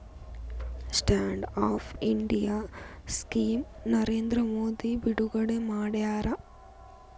stand up India scheme Narendra Modi ಬಿಡುಗಡೆ ಮಾಡ್ಯಾರ